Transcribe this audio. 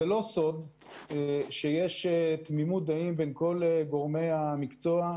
זה לא סוד שיש תמימות דעים בין כל גורמי המקצוע,